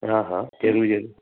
हा हा ज़रूरु ज़रूरु